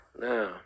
Now